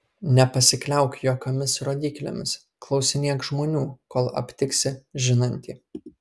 nepasikliauk jokiomis rodyklėmis klausinėk žmonių kol aptiksi žinantį